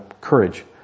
courage